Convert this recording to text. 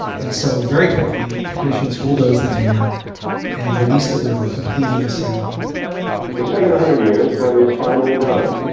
and so very quickly, technicians bulldoze the dam and release the river, completing the ceremony it's taken a hundred years but it's finally done.